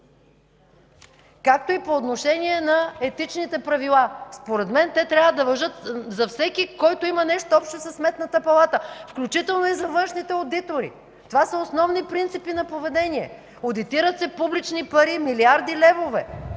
Както и по отношение на етичните правила. Според мен те трябва да важат за всеки, който има нещо общо със Сметната палата, включително и за външните одитори. Това са основни принципи на поведение. Одитират се публични пари, милиарди левове,